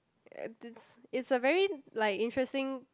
uh it's it's a very like interesting